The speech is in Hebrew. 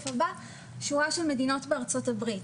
ושורה של מדינות בארצות הברית.